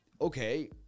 okay